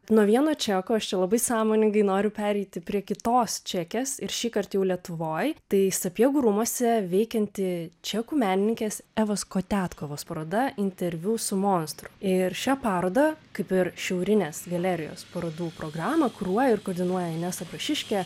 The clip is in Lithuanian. nuo vieno čeko aš čia labai sąmoningai noriu pereiti prie kitos čekės ir šįkart jau lietuvoj tai sapiegų rūmuose veikianti čekų menininkės evos kotiatkovos paroda interviu su monstru ir šią parodą kaip ir šiaurinės galerijos parodų programą kuruoja ir koordinuoja inesa pašiškė